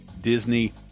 Disney